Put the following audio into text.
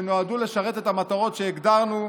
שנועדו לשרת את המטרות שהגדרנו,